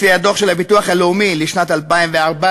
לפי הדוח של הביטוח הלאומי לשנת 2014,